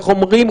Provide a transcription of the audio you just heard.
איך אומרים,